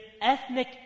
ethnic